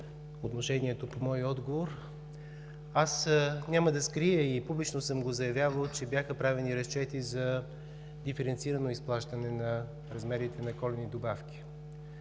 отношението към моя отговор. Аз няма да скрия и публично съм го заявявал, че бяха правени разчети за диференцирано изплащане на размерите на коледни добавки.